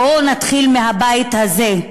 בואו נתחיל מהבית הזה,